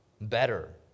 better